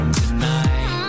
tonight